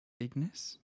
Ignis